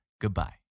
Goodbye